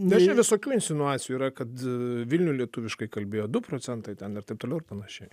nes čia visokių insinuacijų yra kad vilniuje lietuviškai kalbėjo du procentai ten ir taip toliau ir panašiai